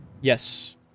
Yes